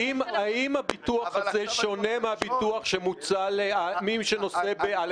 האם הביטוח הזה שונה מהביטוח שמוצע ל-א/5?